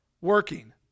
working